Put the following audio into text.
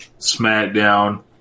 SmackDown